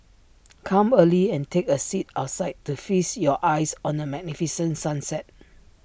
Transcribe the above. come early and take A seat outside to feast your eyes on the magnificent sunset